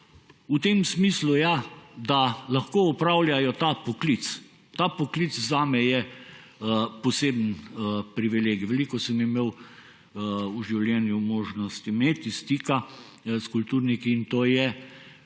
v tem smislu, ja, da lahko opravljajo ta poklic. Ta poklic zame je poseben privilegij, veliko sem imel v življenju možnosti imeti stika s kulturniki in to je